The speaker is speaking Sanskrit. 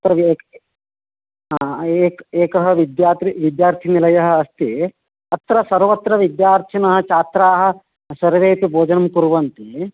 तत्र एकः एकः एकः विद्या विद्यार्थीनिलयः अस्ति अत्र सर्वत्र विद्यार्थिनः छात्राः सर्वेऽपि भोजनं कुर्वन्ति